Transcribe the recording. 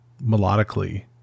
melodically